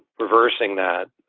reversing that.